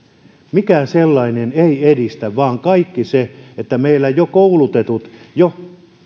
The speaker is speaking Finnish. mikään sellainen ei edistä vaan kaikki se että meillä jo koulutetuilla jo